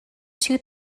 two